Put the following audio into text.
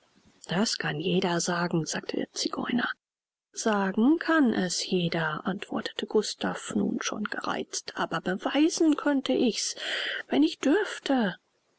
das kann jeder sagen sagte der zigeuner sagen kann es jeder antwortete gustav nun schon gereizt aber beweisen könnte ich's wenn ich dürfte